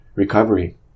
recovery